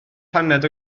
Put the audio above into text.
paned